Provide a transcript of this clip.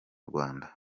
rwanda